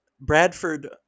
Bradford